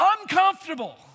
uncomfortable